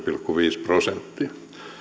pilkku viisi prosenttia